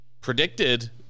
predicted